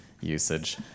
usage